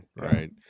right